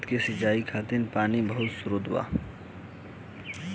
खेत के सिंचाई खातिर पानी के बहुत स्त्रोत बा